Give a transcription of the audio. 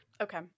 Okay